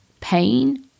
pain